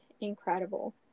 incredible